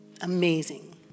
amazing